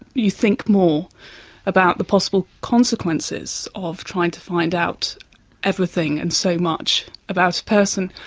you think more about the possible consequences of trying to find out everything and so much about a person.